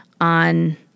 on